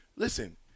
Listen